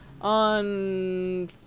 On